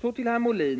Så till herr Molin!